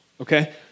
okay